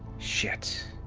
shit,